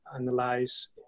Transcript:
analyze